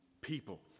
People